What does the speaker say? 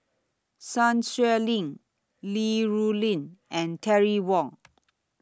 Sun Xueling Li Rulin and Terry Wong